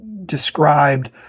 described